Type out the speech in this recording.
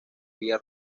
vía